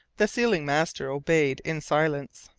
the sealing-master obeyed in silence.